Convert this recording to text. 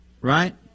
Right